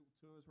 tours